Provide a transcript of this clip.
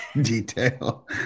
Detail